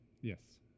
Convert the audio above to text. yes